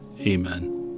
Amen